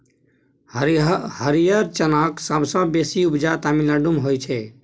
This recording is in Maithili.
हरियर चनाक सबसँ बेसी उपजा तमिलनाडु मे होइ छै